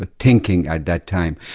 ah thinking at that time.